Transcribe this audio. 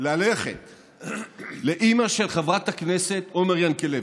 ללכת לאימא של חברת הכנסת עומר ינקלביץ',